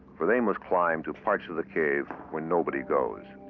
for they must climb to parts of the cave where nobody goes.